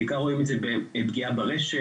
בעיקר רואים את זה בפגיעה ברשת,